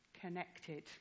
connected